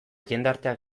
jendarteak